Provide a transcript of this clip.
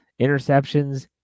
interceptions